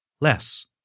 less